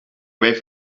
wave